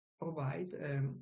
provide